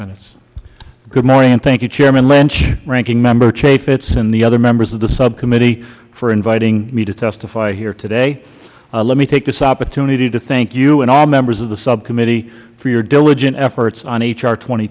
hegarty good morning and thank you chairman lynch ranking member chaffetz and the other members of the subcommittee for inviting me to testify here today let me take this opportunity to thank you and all members of the subcommittee for your diligent efforts on h r twenty